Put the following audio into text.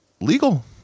legal